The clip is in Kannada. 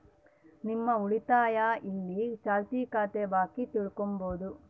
ನಿಮ್ಮ ಉಳಿತಾಯ ಇಲ್ಲ ಚಾಲ್ತಿ ಖಾತೆ ಬಾಕಿ ತಿಳ್ಕಂಬದು